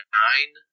nine